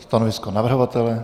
Stanovisko navrhovatele?